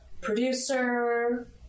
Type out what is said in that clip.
producer